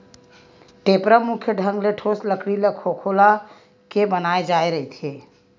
टेपरा मुख्य ढंग ले ठोस लकड़ी ल खोखोल के बनाय जाय रहिथे